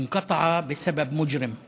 בשפה הערבית, להלן תרגומם: